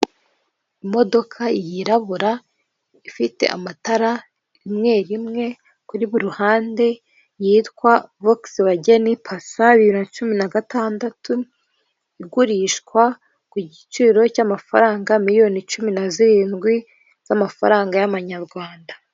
Imodoka yirabura ifite amatara rimwe rimwe kuri buri ruhande yitwa vogisi wageni pasa bibiri na cumi na gatandatu igurishwa ku giciro cy'amafaranga miliyoni cumi na zirindwi z'amafaranga y'Amanyarwanda.